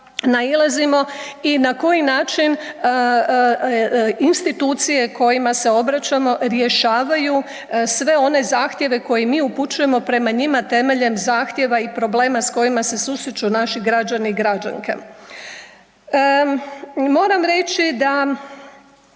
i na koji način institucije kojima se obraćamo rješavaju sve one zahtjeve koje mi upućujemo prema njima temeljem zahtjeva i problema s kojima se susreću naši građani i građanke. Moram reći da